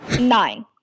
Nine